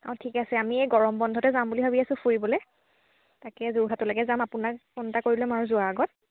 অঁ ঠিক আছে আমি এই গৰম বন্ধতে যাম বুলি ভাবি আছোঁ ফুৰিবলৈ তাকে যোৰহাটলেকে যাম আপোনাক ফোন এটা কৰি ল'ম আৰু যোৱাৰ আগত